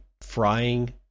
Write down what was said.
frying